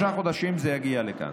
בתוך שלושה חודשים זה יגיע לכאן,